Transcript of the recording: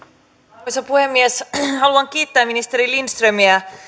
arvoisa puhemies haluan kiittää ministeri lindströmiä